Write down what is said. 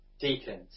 deacons